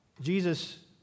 Jesus